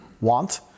want